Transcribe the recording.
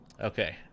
okay